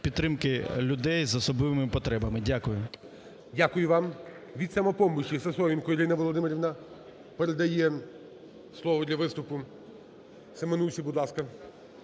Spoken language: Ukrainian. підтримки людей з особливими потребами. Дякую. ГОЛОВУЮЧИЙ. Дякую вам. Від "Самопомочі"Сисоєнко Ірина Володимирівна передає слово для виступу Семенусі. Будь ласка.